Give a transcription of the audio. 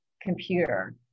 computer